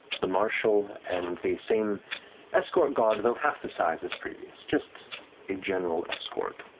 the marshal and the same escort guard, though half the size as previous, just a general escort.